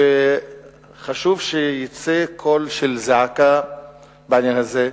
וחשוב שיצא קול של זעקה בעניין הזה,